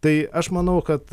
tai aš manau kad